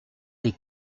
des